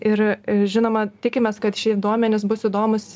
ir žinoma tikimės kad šie duomenys bus įdomūs